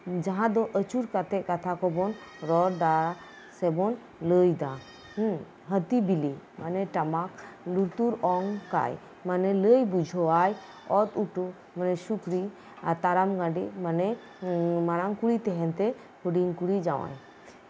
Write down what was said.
ᱡᱟᱦᱟᱸ ᱫᱚ ᱟᱹᱪᱩᱨ ᱠᱟᱛᱮᱫ ᱠᱟᱛᱷᱟ ᱠᱚᱵᱚᱱ ᱨᱚᱲ ᱮᱫᱟ ᱥᱮᱵᱚᱱ ᱞᱟᱹᱭ ᱮᱫᱟ ᱦᱟᱹᱛᱤ ᱵᱤᱞᱤ ᱢᱟᱱᱮ ᱴᱟᱢᱟᱠ ᱞᱩᱛᱩᱨ ᱚᱝ ᱠᱟᱭ ᱢᱟᱱᱮ ᱞᱟᱹᱭ ᱵᱩᱡᱷᱟᱹᱣ ᱟᱭ ᱚᱛ ᱩᱴᱟᱹ ᱢᱟᱱᱮ ᱥᱩᱠᱨᱤ ᱟᱨ ᱛᱟᱲᱟᱢ ᱜᱟᱸᱱᱰᱮ ᱢᱟᱱᱮ ᱢᱟᱨᱟᱝ ᱠᱩᱲᱤ ᱛᱟᱦᱮᱸᱱᱛᱮ ᱦᱩᱰᱤᱧ ᱠᱩᱲᱤ ᱡᱟᱣᱟᱭ